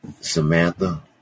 Samantha